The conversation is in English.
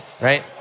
Right